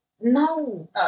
No